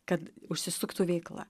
kad užsisuktų veikla